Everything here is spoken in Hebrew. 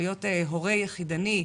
להיות הורה יחידני,